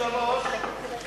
ובסעיף 3,